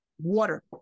water